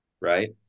Right